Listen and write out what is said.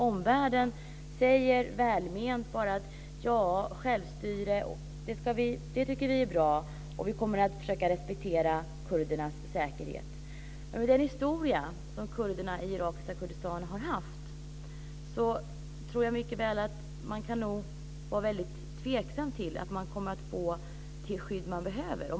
Omvärlden säger välment att man tycker att självstyre är bra och att man ska respektera kurdernas säkerhet. Med den historia som irakiska Kurdistan har haft kan man vara tveksam över att man kommer att få det skydd man behöver.